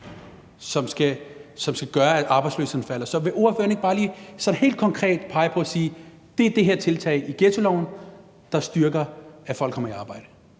som skal gøre, at arbejdsløsheden falder. Så vil ordføreren ikke bare lige sådan helt konkret pege på det og sige, at det er det her tiltag i ghettoloven, der styrker, at folk kommer i arbejde?